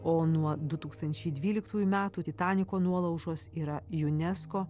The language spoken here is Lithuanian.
o nuo du tūkstančiai dvyliktųjų metų titaniko nuolaužos yra unesco